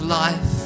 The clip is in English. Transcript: life